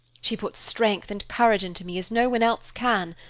she puts strength and courage into me as no one else can.